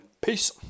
Peace